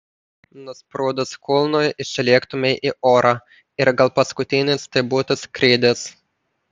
nusprūdus kulnui išlėktumei į orą ir gal paskutinis tai būtų skrydis